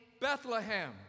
Bethlehem